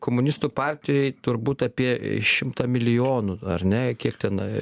komunistų partijoj turbūt apie šimtą milijonų ar ne kiek ten